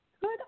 Good